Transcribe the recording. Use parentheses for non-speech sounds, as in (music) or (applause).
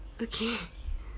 okay (laughs)